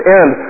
end